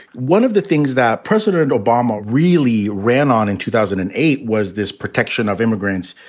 one of the things that president obama really ran on in two thousand and eight was this protection of immigrants.